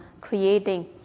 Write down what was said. creating